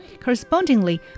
Correspondingly